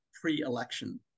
pre-election